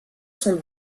son